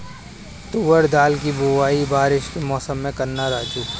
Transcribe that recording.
तुवर दाल की बुआई बारिश के मौसम में करना राजू